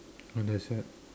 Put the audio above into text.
!wah! that's sad